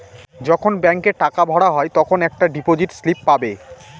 যখন ব্যাঙ্কে টাকা ভরা হয় তখন একটা ডিপোজিট স্লিপ পাবে